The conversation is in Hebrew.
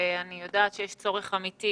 ואני יודעת שיש צורך אמיתי